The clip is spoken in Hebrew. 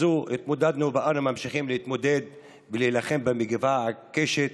הזאת התמודדנו ואנו ממשיכים להתמודד בלהילחם במגפה העיקשת,